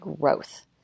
growth